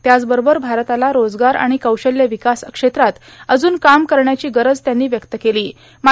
त्यांच बरोबर भारताला रोजगार आर्गाण कौशल्य विकास क्षेत्रात अजून काम करायची गरज त्यांनी व्यक्त केलों